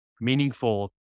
meaningful